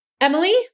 Emily